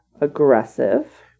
Aggressive